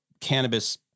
cannabis